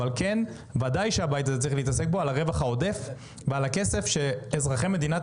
אבל בוודאי הבית הזה צריך להתעסק ברווח העודף ובכסף שאזרחי מדינת